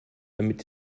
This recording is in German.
damit